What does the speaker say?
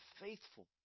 faithful